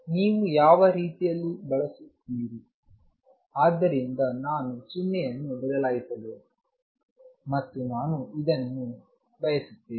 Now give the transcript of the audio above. ನೀವು ಯಾವ ರೀತಿಯಲ್ಲಿ ಬಯಸುತ್ತೀರಿ ಆದ್ದರಿಂದ ನಾನು ಚಿನ್ಹೆ ಅನ್ನು ಬದಲಾಯಿಸಬಹುದು ಮತ್ತು ನಾನು ಇದನ್ನು ಬಯಸುತ್ತೇನೆ